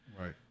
Right